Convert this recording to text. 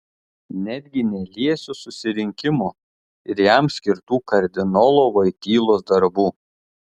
netgi neliesiu susirinkimo ir jam skirtų kardinolo voitylos darbų